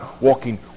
walking